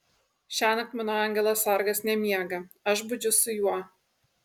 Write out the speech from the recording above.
šiąnakt mano angelas sargas nemiega aš budžiu su juo